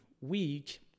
week